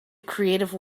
creative